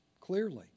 clearly